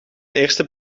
eerste